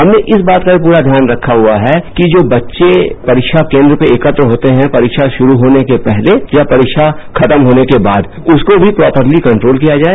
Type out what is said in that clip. हमने इस बात का मी पूरा ध्यान रखा हुआ है कि जो बच्चे परीक्षा केन्द्र पर एकत्र होते हैं परीक्षा गुरु सोने के पहले या परीक्षा खत्म होने के बाद उसको भी प्रापली कंट्रोल किया जाए